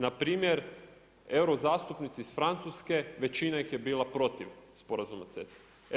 Npr. euro zastupnici iz Francuske, većina ih je bila protiv sporazuma CETA-e.